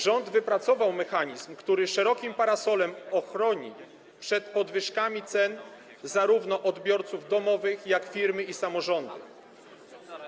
Rząd wypracował mechanizm, który szerokim parasolem ochroni przed podwyżkami cen zarówno odbiorców domowych, jak i firmy i samorządy.